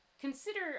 Consider